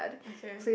okay